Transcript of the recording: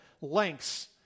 lengths